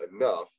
enough